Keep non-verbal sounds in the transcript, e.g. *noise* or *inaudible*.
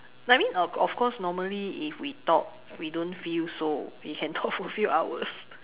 no I mean of course normally if we talk we don't feel so we can talk for few hours *laughs*